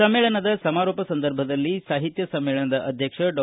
ಸಮ್ಮೇಳನದ ಸಮಾರೋಪ ಸಂದರ್ಭದಲ್ಲಿ ಸಾಹಿತ್ಯ ಸಮ್ಮೇಳನದ ಅಧ್ಯಕ್ಷ ಡಾ